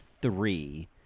three